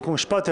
חוק ומשפט?